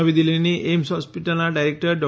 નવી દિલ્ફીની એઈમ્સ હોસ્પીટલનાં ડાયેરેક્ટર ડો